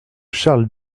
charles